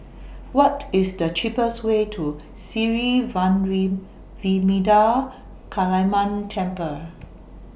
What IS The cheapest Way to Sri Vairavimada Kaliamman Temple